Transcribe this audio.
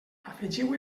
afegiu